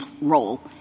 role